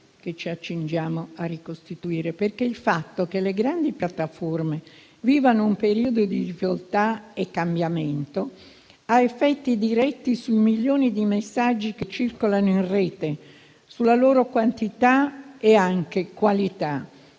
che ci accingiamo a ricostituire, perché il fatto che le grandi piattaforme vivano un periodo di difficoltà e cambiamento ha effetti diretti sui milioni di messaggi che circolano in rete, sulla loro quantità e anche qualità.